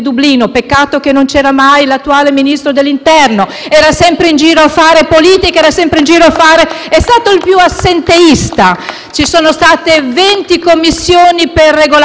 È stato il più assenteista. Ci sono state venti Commissioni per disciplinare il Regolamento di Dublino, ma non era mai presente qualcuno della Lega: lo hanno detto i nostri europarlamentari.